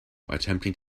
attempting